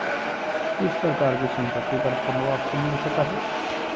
किस प्रकार की संपत्ति पर पूर्ण वापसी मिल सकअ हई